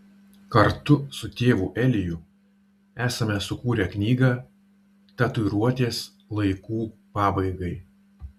kartu su tėvu eliju esame sukūrę knygą tatuiruotės laikų pabaigai